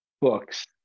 books